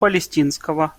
палестинского